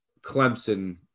clemson